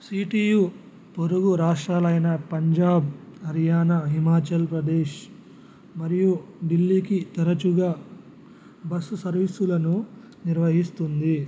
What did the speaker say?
CTU పొరుగు రాష్ట్రాలైన పంజాబ్ హర్యానా హిమాచల్ ప్రదేశ్ మరియు ఢిల్లీకి తరచుగా బస్సు సర్వీసులను నిర్వహిస్తుంది